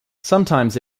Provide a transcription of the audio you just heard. sometimes